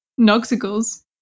Noxicals